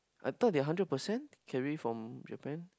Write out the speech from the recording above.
I thought they hundred percent carry from Japan